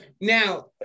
Now